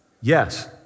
Yes